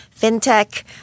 fintech